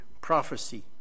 prophecy